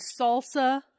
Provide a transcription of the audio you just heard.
salsa